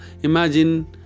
imagine